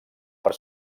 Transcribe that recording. per